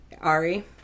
Ari